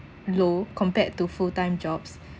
low compared to full time jobs